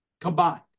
combined